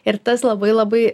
ir tas labai labai